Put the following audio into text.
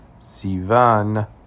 Sivan